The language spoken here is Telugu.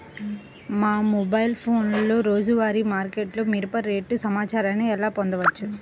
మా మొబైల్ ఫోన్లలో రోజువారీ మార్కెట్లో మిరప రేటు సమాచారాన్ని ఎలా పొందవచ్చు?